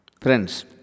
Friends